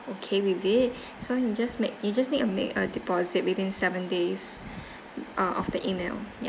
okay with it so you just make you just need to make a deposit within seven days uh of the email ya